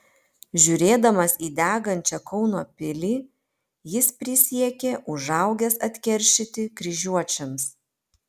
žiūrėdamas į degančią kauno pilį jis prisiekė užaugęs atkeršyti kryžiuočiams